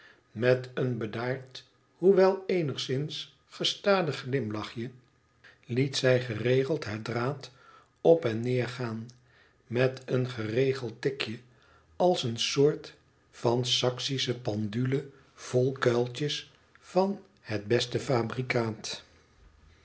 met een bedaard hoewel eenigszins gestadig glimlachje liet zij geregeld haar draad op en neer gaan met een geregeld tikje als eene soort van saksische pendule vol kuiltjes van het beste fabrikaat